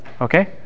okay